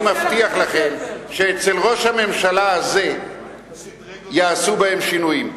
אני מבטיח לכם שאצל ראש הממשלה הזה יעשו בהם שינויים.